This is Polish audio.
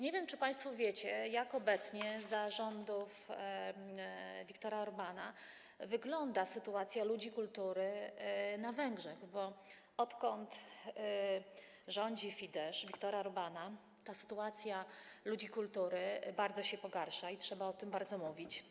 Nie wiem, czy państwo wiecie, jak obecnie, za rządów Viktora Orbána, wygląda sytuacja ludzi kultury na Węgrzech, bo odkąd rządzi Fidesz Viktora Orbána, ta sytuacja ludzi kultury bardzo się pogarsza i trzeba o tym bardzo wyraźnie mówić.